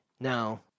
Now